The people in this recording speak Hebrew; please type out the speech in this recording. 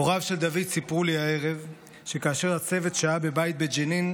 הוריו של דוד סיפרו לי הערב שכאשר הצוות שהה בבית בג'נין,